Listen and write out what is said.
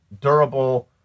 durable